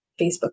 Facebook